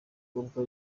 ubwo